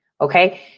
Okay